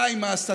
די עם ההסתה,